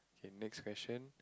it makes passion